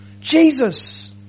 Jesus